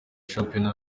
shampiyona